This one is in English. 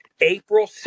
April